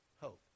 Hope